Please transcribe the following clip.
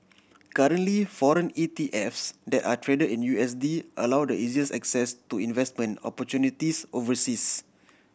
currently foreign ETFs that are trad in U S D allow the easiest access to investment opportunities overseas